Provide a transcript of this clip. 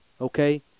Okay